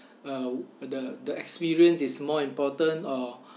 uh the the experience is more important or